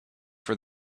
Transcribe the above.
for